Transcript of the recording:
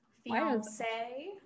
fiance